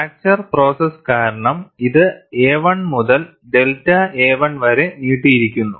fracture process കാരണം ഇത് a1 മുതൽ ഡെൽറ്റ a1 വരെ നീട്ടിയിരിക്കുന്നു